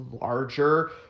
larger